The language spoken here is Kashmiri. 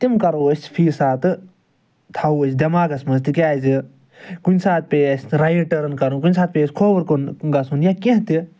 تِم کَرَو أسۍ فی ساتہٕ تھاوَو أسۍ دٮ۪ماغَس منٛز تِکیٛازِ کُنہِ ساتہٕ پیٚیہِ اَسہِ رایِٹ ٹٕرٕن کَرُن کُنہِ ساتہٕ پیٚیہِ اَسہِ کھۄوُر کُن گژھُن یا کیٚنہہ تہِ